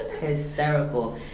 hysterical